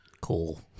cool